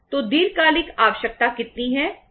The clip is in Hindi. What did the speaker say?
तो दीर्घकालिक आवश्यकता कितनी है